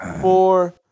four